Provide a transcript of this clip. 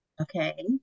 okay